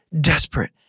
desperate